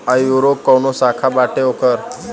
आयूरो काऊनो शाखा बाटे ओकर